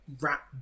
rap